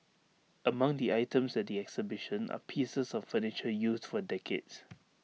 among the items at the exhibition are pieces of furniture used for decades